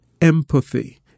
empathy